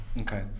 Okay